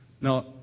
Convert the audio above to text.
Now